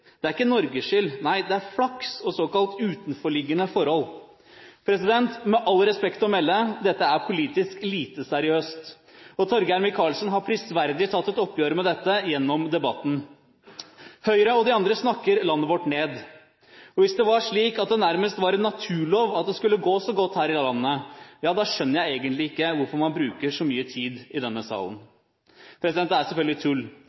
det er ikke Norges fortjeneste. Nei, det er flaks og såkalte utenforliggende forhold. Med all respekt å melde – dette er politisk lite seriøst. Torgeir Micaelsen har prisverdig tatt et oppgjør med dette gjennom debatten. Høyre og de andre snakker landet vårt ned. Hvis det var slik at det nærmest var en naturlov at det skulle gå så godt her i landet, da skjønner jeg egentlig ikke hvorfor man bruker så mye tid i denne salen. Det er selvfølgelig tull.